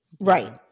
Right